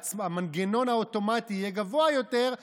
המנגנון האוטומטי יהיה גבוה יותר,